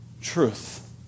Truth